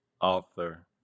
author